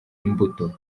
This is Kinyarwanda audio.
imbuto